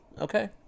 Okay